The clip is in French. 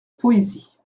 poésie